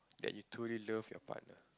that you truly love your partner